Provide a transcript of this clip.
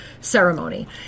ceremony